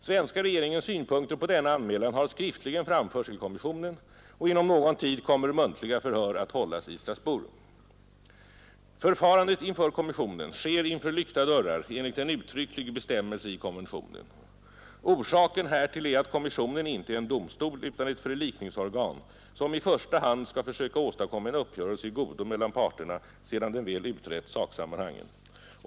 Svenska regeringens synpunkter på denna anmälan har skriftligen framförts till kommissionen, och inom någon tid kommer muntliga förhör att hållas i Strasbourg. Förfarandet inför kommissionen sker inför lyckta dörrar enligt en uttrycklig bestämmelse i konventionen. Orsaken härtill är att kommissionen inte är en domstol utan ett förlikningsorgan, som i första hand skall försöka åstadkomma en uppgörelse i godo mellan parterna, sedan den väl utrett saksammanhangen.